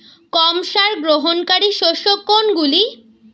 কম সার গ্রহণকারী শস্য কোনগুলি?